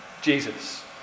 Jesus